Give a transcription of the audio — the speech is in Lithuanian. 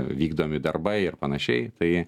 vykdomi darbai ir panašiai tai